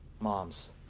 Moms